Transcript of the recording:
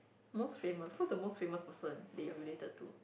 most famous who is the most famous person that you are related to